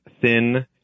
thin